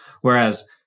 whereas